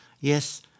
Yes